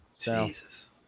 jesus